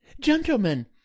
Gentlemen